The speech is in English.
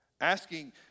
Asking